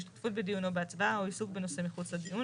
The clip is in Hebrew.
השתתפות בדיון או הצבעה או עיסוק בנושא מחוץ לדיון.